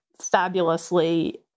fabulously